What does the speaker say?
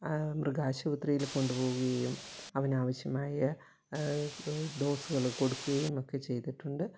മൃഗാശുപത്രിയിൽ കൊണ്ട് പോവുകയും അവനാവശ്യമായ ഡോസുകൾ കൊടുക്കുകയുമൊക്കെ ചെയ്തിട്ടുണ്ട്